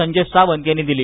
संजय सावंत यांनी दिली